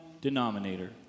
denominator